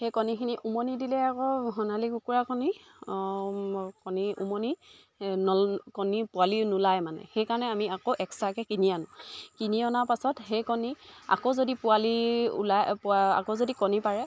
সেই কণীখিনি উমনি দিলে আকৌ সোণালী কুকুৰা কণী কণী উমনি নল কণী পোৱালি নোলায় মানে সেইকাৰণে আমি আকৌ এক্সট্ৰাকৈ কিনি আনো কিনি অনা পাছত সেই কণী আকৌ যদি পোৱালি ওলাই পোৱা আকৌ যদি কণী পাৰে